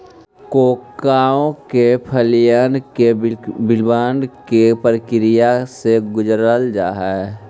cocoa के फलियन के किण्वन के प्रक्रिया से गुजारल जा हई